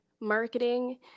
marketing